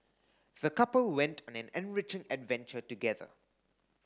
the couple went on an enriching adventure together